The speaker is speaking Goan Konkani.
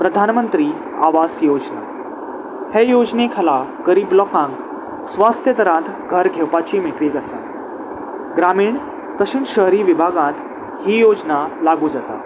प्रधानमंत्री आवास योजना हे योजने खाला गरीब लोकांक स्वस्त दरांत घर घेवपाची मेकळीक आसा ग्रामीण तशेंच शहरी विभागांत ही योजना लागू जाता